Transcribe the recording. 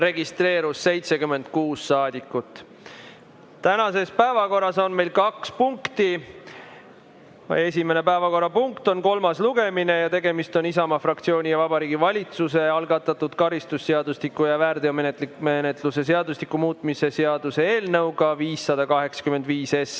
Tänases päevakorras on meil kaks punkti. Esimene päevakorrapunkt on Isamaa fraktsiooni ja Vabariigi Valitsuse algatatud karistusseadustiku ja väärteomenetluse seadustiku muutmise seaduse eelnõu 585